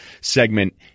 segment